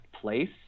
place